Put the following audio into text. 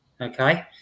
Okay